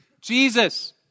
Jesus